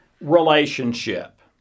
relationship